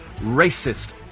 racist